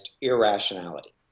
irrationality